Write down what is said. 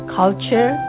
culture